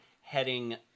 heading